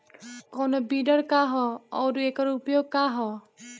कोनो विडर का ह अउर एकर उपयोग का ह?